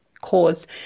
cause